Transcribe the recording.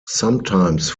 sometimes